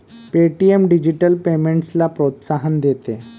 Paytm digital पेमेंट्सला प्रोत्साहन देते